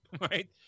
right